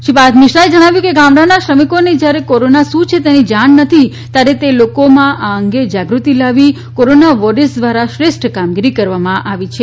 શ્રી પાર્થ મિશ્ર એ જણાવ્યું હતું કે ગામડાના શ્રમિકોને જયારે કોરોના શું છે તેની પણ જાણ નથી ત્યારે તે લોકોમાં આ અંગે જાગૃતિ લાવી કોરોના વોરીયર્સ દ્વારા શ્રેષ્ઠ કામગીરી કરવામાં આવી છે